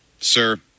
Sir